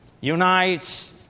Unites